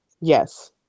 yes